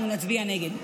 אנחנו נצביע נגד.